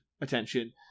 attention